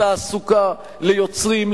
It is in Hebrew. תעסוקה ליוצרים,